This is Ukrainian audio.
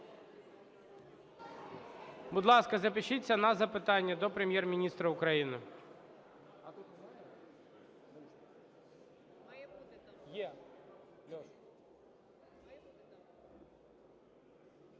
Будь ласка, запишіться на запитання до Прем'єр-міністр України.